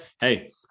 hey